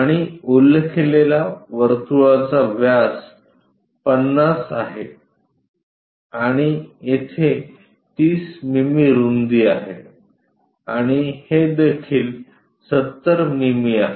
आणि उल्लेखलेल्या वर्तुळाचा व्यास 50 आहे आणि येथे 30 मिमी रूंदी आहे आणि हे देखील 70 मिमी आहे